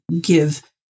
give